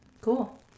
Cool